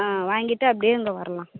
ஆ வாங்கிவிட்டு அப்படியே அங்கே வரலாம்